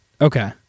okay